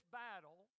battle